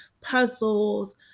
puzzles